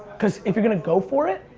because, if you're gonna go for it,